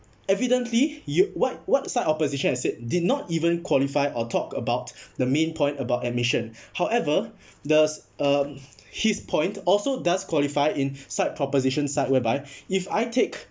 evidently you what what side opposition has said did not even qualify or talk about the main point about admission however does um his point also does qualify in side proposition side whereby if I take